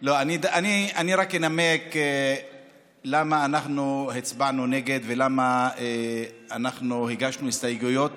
אני רק אנמק למה אנחנו הצבענו נגד ולמה אנחנו הגשנו הסתייגויות,